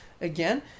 Again